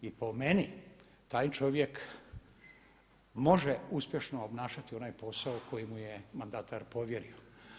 I po meni taj čovjek može uspješno obnašati onaj posao koji mu je mandatar povjerio.